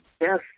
Yes